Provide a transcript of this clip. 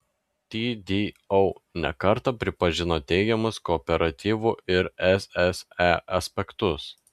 tdo ne kartą pripažino teigiamus kooperatyvų ir sse aspektus